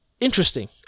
interesting